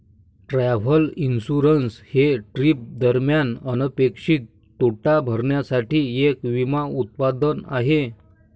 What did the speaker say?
travel insurance हे trip दरम्यान अनपेक्षित तोटा भरण्यासाठी एक विमा उत्पादन आहे